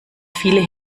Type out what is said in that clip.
viele